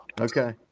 Okay